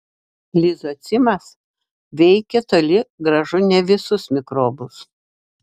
lizocimas veikė toli gražu ne visus mikrobus